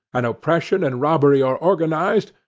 and oppression and robbery are organized,